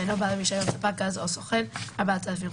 ואינו בעל רישיון ספק גז או סוכן 4,500